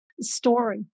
story